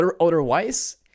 Otherwise